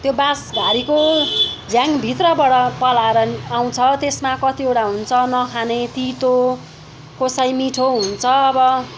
त्यो बाँसघारीको झ्याङभित्रबाट पलाएर नि आउँछ त्यसमा कतिवटा हुन्छ नखाने तितो कसै मिठो हुन्छ अब